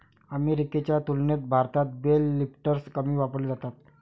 अमेरिकेच्या तुलनेत भारतात बेल लिफ्टर्स कमी वापरले जातात